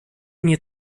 nie